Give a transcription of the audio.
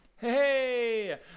hey